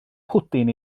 pwdin